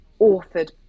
authored